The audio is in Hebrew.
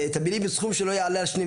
יש את התקצוב השוטף שלו כמו שכתוב כאן בהמשך,